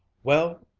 well,